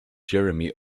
jeremy